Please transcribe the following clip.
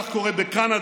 כך קורה בקנדה,